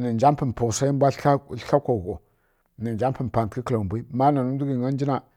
nǝ nja pǝpǝpa swa mbwa tlǝr ko hu nja kǝla ndaghangǝ